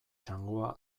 txangoa